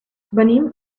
venim